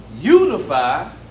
Unify